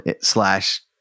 slash